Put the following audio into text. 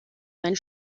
seinen